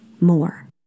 more